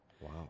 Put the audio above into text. Wow